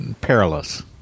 Perilous